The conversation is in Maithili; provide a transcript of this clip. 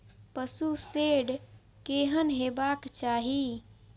पशु शेड केहन हेबाक चाही?